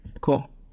cool